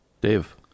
Dave